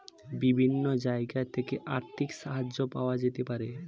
বিভিন্ন জায়গা থেকে আর্থিক সাহায্য পাওয়া যেতে পারে